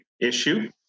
issue